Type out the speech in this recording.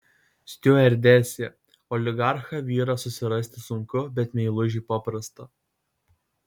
stiuardesė oligarchą vyrą susirasti sunku bet meilužį paprasta